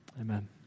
Amen